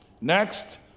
Next